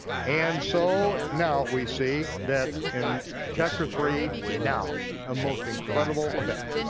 and so now we see that, in chapter three, now a most incredible event.